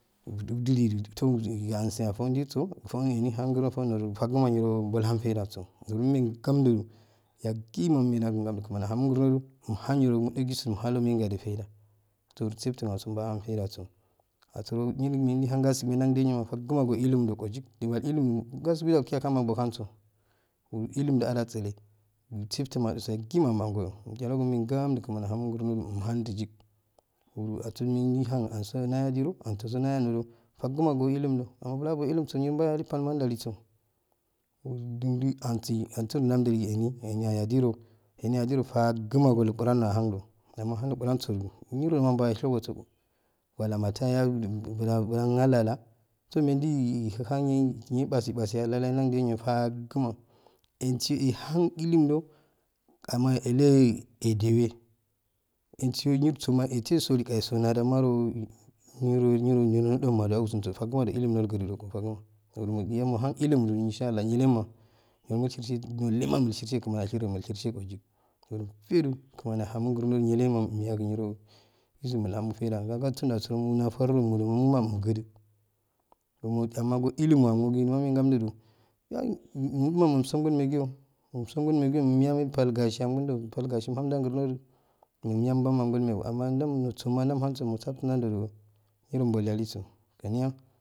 Jeuhan aujil tuyansa afun jirso rafanne jaihan fagama bothan faijaso umaigamjide yayima umaigam ju gmani amanu groje umhan mai gaje faide tunsuntu jasu mahamu faidaso aseroyinme jai han gasibedajijan fakma ko ilemurong yik jaman ilemu gasibe yankahun lauhanzo uro ileme harasele atenmadusole umangoyo umchalogo amaoganju gmani aha mu grnoju umhanjijik uro asoro meijin han giro antoso jahan giro fagama go ilimoh amma lulum abo elemso yinro munhalibalma juwareso jili ano-i anso euni ayajilo ehni anajilo fagamo go ruquranso mabogoshego so wala matayogo bula alala socaenme jinhan nai basebase alala yandijan fagma ehsiyo ehan elimdo amma, ele ejewe ensiyo nin soma ate sole aso najamaro niru niro mwujonisuso faggma elemunol grim fagma niro muhan elemu insua ilah nilama murshershiye yilama mursheriye joyik nu liyin gmani anamo grnode niz ma umyago mul hamin faida gayo sun jo jo nafurungumnlo mummugde mamo amage go elema amogi mome gamjiji moma unoso golmekiyo amso golmekiyo umya mebal gasi agunjo ju me bal gasi mum ya bam ankulmegi amma jamhun nursoma mumsaftun nan jojo niro bulyaliso kaniya.